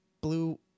blue